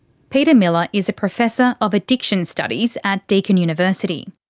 peter miller is a professor of addiction studies at deakin university.